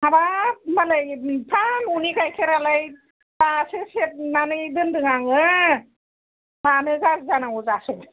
हाबाब होनबालाय न'नि गायखेरालाय दासो सेरनानै दोनदों आङो मानो गाज्रि जानांगौ जाखो